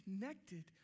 connected